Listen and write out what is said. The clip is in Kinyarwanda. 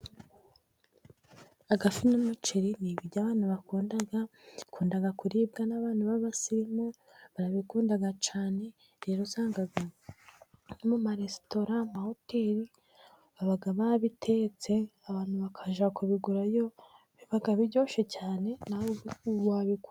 Agafi n'umuceri nibyo abantu bakunda, bikunda kuribwa n'abantu b'abasirimu barabikunda cyane rero usanga mu maresitora, hoteri baba bitetse abantu bakajya kubigurayo bibaba biryoshye cyane nawe wabikora.